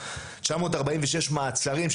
946 מעצרים,